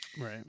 right